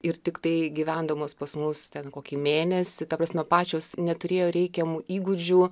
ir tiktai gyvendamos pas mus ten kokį mėnesį ta prasme pačios neturėjo reikiamų įgūdžių